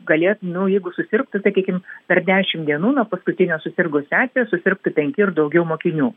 galėtų nu jeigu susirgtų sakykim per dešim dienų nuo paskutinio susirgusio atvejo susirgtų penki ir daugiau mokinių